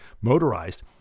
motorized